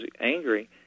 angry